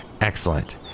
Excellent